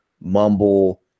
mumble